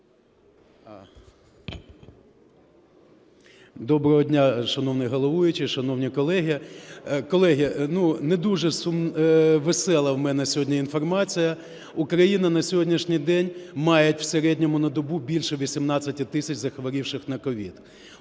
Доброго дня, шановний головуючий, шановні колеги! Колеги, не дуже весела в мене сьогодні інформація. Україна на сьогоднішній день має в середньому на добу більше 18 тисяч захворівших на COVID.